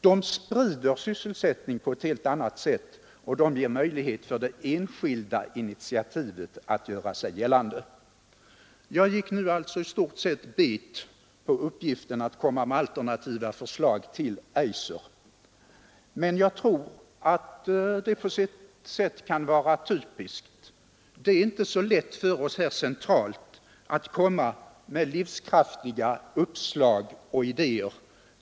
De sprider sysselsättning på ett helt annat sätt, och de ger möjlighet för det enskilda initiativet att göra sig gällande. Jag går alltså i stort sett bet på uppgiften att komma med alternativa förslag till Eiser, men jag tror att det på sitt sätt kan vara typiskt. Det är inte så lätt för oss här centralt att komma med livskraftiga uppslag och idéer.